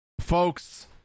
Folks